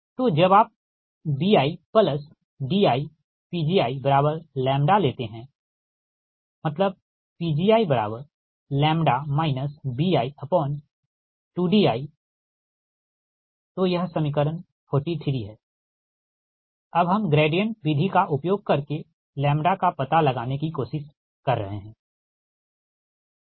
तो जब आप bidiPgiλ लेते हैंमतलब Pgiλ bi2di यह समीकरण 43 है अब हम ग्रेडिएंट विधि का उपयोग करके का पता लगाने की कोशिश कर रहे हैं ठीक है